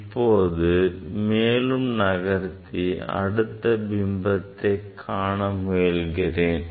இப்பொது நான் மேலும் நகர்த்தி அடுத்த பிம்ப தொலைவை கண்டறிய போகிறேன்